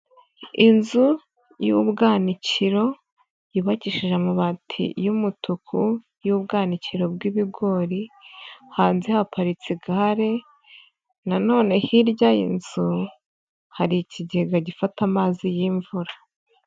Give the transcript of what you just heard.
lnzu y'ubwanikiro yubakishije amabati y'umutuku, y'ubwanikiro bw'ibigori, hanze haparitse igare ,na none hirya y'inzu hari ikigega gifata amazi y'imvura.